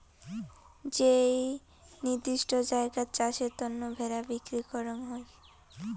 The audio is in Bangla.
যেই নির্দিষ্ট জায়গাত চাষের তন্ন ভেড়া বিক্রি করাঙ হউ